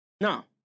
Now